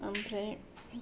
ओमफ्राय